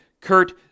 Kurt